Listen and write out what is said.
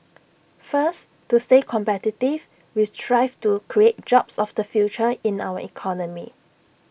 first to stay competitive we strive to create jobs of the future in our economy